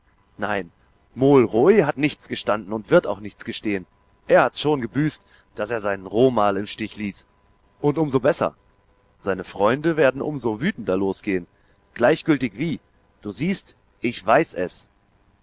nein mool roy hat nichts gestanden und wird nichts gestehen er hat's schon gebüßt daß er seinen romal im stich ließ und um so besser seine freunde werden um so wütender losgehen gleichgültig wie du siehst ich weiß es